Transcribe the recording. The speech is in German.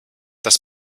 das